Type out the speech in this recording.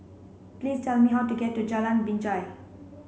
please tell me how to get to Jalan Binjai